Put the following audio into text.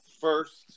First